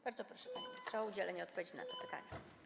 Bardzo proszę, panie ministrze, o udzielenie odpowiedzi na to pytanie.